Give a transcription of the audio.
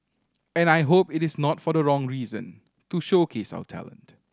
and I hope it is not for the wrong reason to showcase our talent